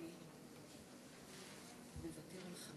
אדוני, לרשותך שלוש